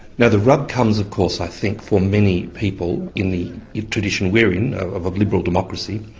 now the rub comes of course i think for many people in the tradition we're in, of a liberal democracy,